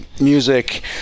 music